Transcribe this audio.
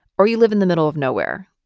or you live in the middle of nowhere,